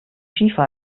schiefer